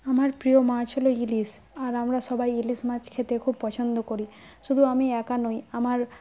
আমার প্রিয় মাছ হল ইলিশ আর আমরা সবাই ইলিশ মাছ খেতে খুব পছন্দ করি শুধু আমি একা নই আমার